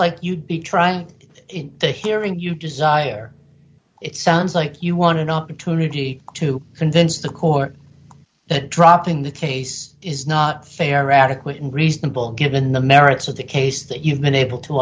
like you'd be trying the hearing you desire it sounds like you want an opportunity to convince the court that dropping the case is not fair adequate and reasonable given the merits of the case that you've been able to